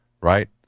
Right